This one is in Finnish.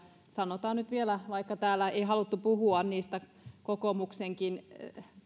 sanotaan nyt vaikka täällä ei haluttu puhua niistä kokoomuksenkin